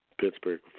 Pittsburgh